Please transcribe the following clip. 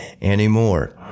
anymore